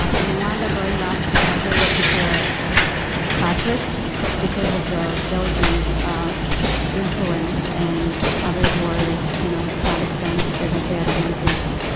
ah in rowanda growing up the majority of people were catholics because of the belgian's influence. and others were you know protestants, seventh day adventists.